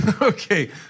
Okay